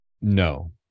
no